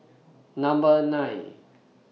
nine